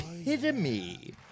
epitome